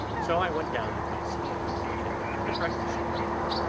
so i went down to quincey and took him into the breakfast-room,